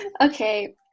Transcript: okay